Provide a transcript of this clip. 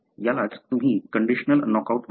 यालाच तुम्ही conditional knockout म्हणता